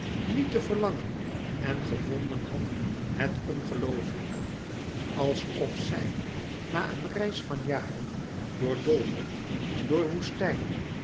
niet te verlangen en gevonden had het ongelooflijke alsof zij na een reis van jaren door doolhof door woestijn